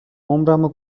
عمرمو